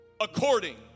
according